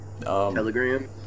Telegram